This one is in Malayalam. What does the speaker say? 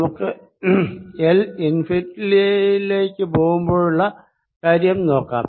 നമുക്ക് L ഇൻഫിനിറ്റിയിലേക്ക് പോകുമ്പോഴുള്ള കാര്യം നോക്കാം